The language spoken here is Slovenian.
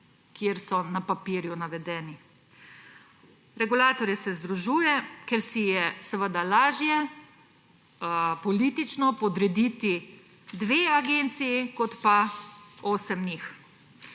kjer so na papirju navedeni. Regulatorje se združuje, ker si je lažje politično podrediti dve agenciji kot pa osem njih.